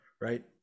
Right